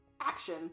action